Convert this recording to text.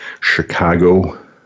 Chicago